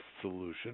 solution